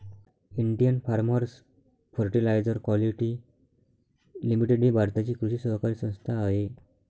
Indian farmers fertiliser quality limited ही भारताची कृषी सहकारी संस्था आहे